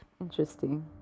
Interesting